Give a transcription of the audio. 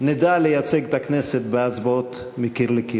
נדע לייצג את הכנסת בהצבעות מקיר לקיר.